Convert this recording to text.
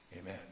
Amen